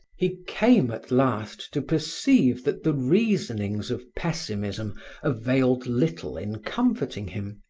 he came at last to perceive that the reasonings of pessimism availed little in comforting him,